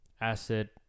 Acid